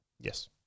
yes